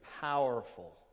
powerful